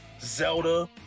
Zelda